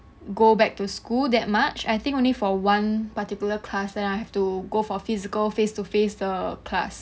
go back to school that much I think only for one particular class that I have to go for physical face to face 的 class